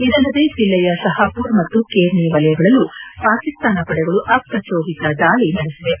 ಇದಲ್ಲದೆ ಜಿಲ್ಲೆಯ ಶಹಾಮರ್ ಮತ್ತು ಕೇರ್ನಿ ವಲಯಗಳಲ್ಲೂ ಪಾಕಿಸ್ತಾನ ಪಡೆಗಳು ಅಪ್ರಜೋದಿತ ದಾಳಿ ನಡೆಸಿವೆ